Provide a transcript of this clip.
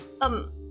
um-